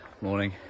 morning